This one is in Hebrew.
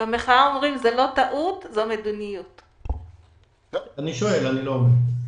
אני שואל, אני לא אומר.